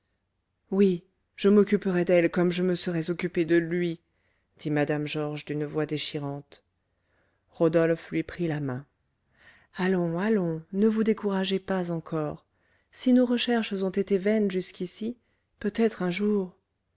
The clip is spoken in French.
oui je m'occuperai d'elle comme je me serais occupée de lui dit mme georges d'une voix déchirante rodolphe lui prit la main allons allons ne vous découragez pas encore si nos recherches ont été vaines jusqu'ici peut-être un jour